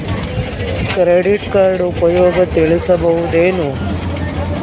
Credit card ಉಪಯೋಗ ತಿಳಸಬಹುದೇನು?